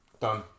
done